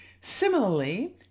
Similarly